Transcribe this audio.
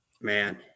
man